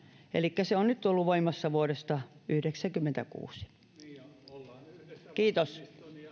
elikkä se on nyt ollut voimassa vuodesta yhdeksänkymmentäkuusi kiitos